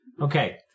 Okay